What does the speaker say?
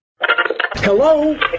Hello